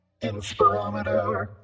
Inspirometer